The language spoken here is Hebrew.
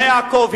בני יעקב,